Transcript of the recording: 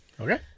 Okay